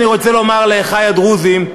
אני רוצה לומר לאחי הדרוזים,